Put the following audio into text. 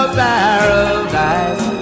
paradise